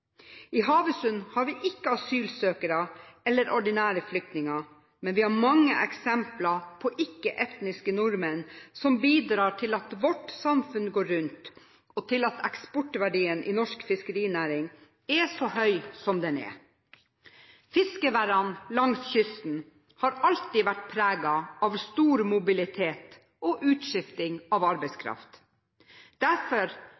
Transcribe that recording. I Havøysund har vi ikke asylsøkere eller ordinære flyktninger, men vi har mange eksempler på ikke-etniske nordmenn som bidrar til at vårt samfunn går rundt, og til at eksportverdien i norsk fiskerinæring er så høy som den er. Fiskeværene langs kysten har alltid vært preget av stor mobilitet og utskifting av arbeidskraft. Derfor